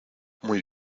muy